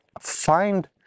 find